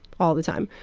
all the time.